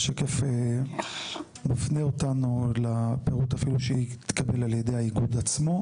השקף מפנה אותנו לפירוט שהתקבל על ידי האיגוד עצמו.